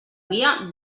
via